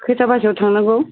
खैथा बाजियाव थांनांगौ